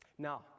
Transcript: Now